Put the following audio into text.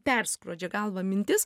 perskrodžia galvą mintis